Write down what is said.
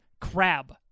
Crab